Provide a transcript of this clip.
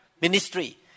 ministry